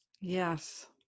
Yes